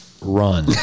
run